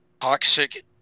toxic